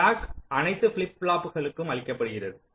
clock அனைத்து flip ஃப்ளாப்புகளுக்கும் அளிக்கப்படுகிறது